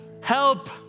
help